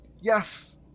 Yes